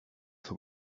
that